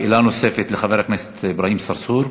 שאלה נוספת לחבר הכנסת אברהים צרצור.